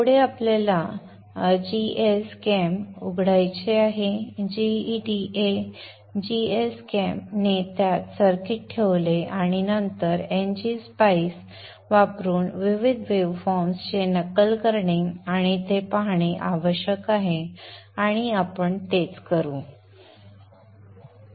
पुढे आपल्याला gschem उघडायचे आहे gEDA gschem ने त्यात सर्किट ठेवले आणि नंतर ngSpice संदर्भ वेळ 3038 वापरून विविध वेव्हफॉर्म्सचे नक्कल करणे आणि ते पाहणे आवश्यक आहे आणि तेच आपण करू